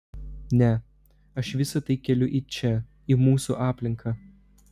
ne aš visa tai keliu į čia į mūsų aplinką